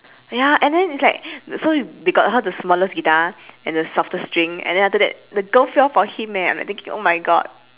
ya and then it's like so we got how the smallest guitar and the softest string and then after that the girl fell for him eh I'm like thinking oh my god